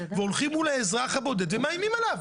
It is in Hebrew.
והולכים מול האזרח הבודד ומאיימים עליו.